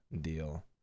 deal